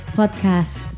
podcast